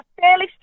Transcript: fairly